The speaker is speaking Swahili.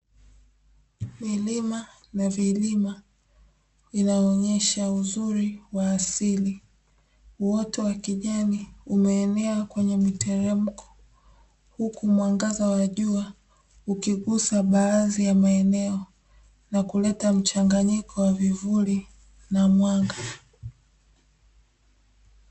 Milima na vilima vinaonyesha uzuri wa asili, uoto wa kijani umenea kwenye mteremko. Huku mwangaza wa jua ukigusa baadhi ya maeneo na kuleta mchanganyiko wa vivuli na mwanga.